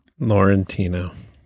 Laurentino